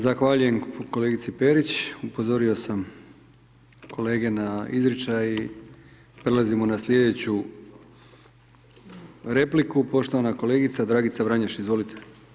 Zahvaljujem kolegici Perić, upozorio sam kolege na izričaj i prelazimo na sljedeću repliku, poštovana kolegica Dragica Vranješ, izvolite.